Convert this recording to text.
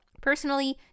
Personally